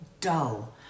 dull